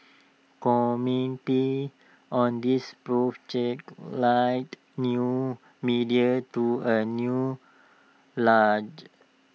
commenting on this Prof Chen likened new media to A new large